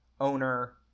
owner